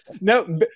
No